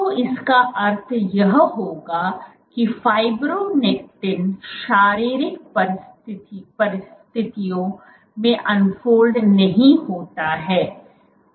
तो इसका अर्थ यह होगा कि फाइब्रोनेक्टिन शारीरिक परिस्थितियों में अनफोल्ड नहीं होता है